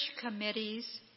committees